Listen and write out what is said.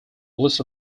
list